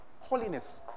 Holiness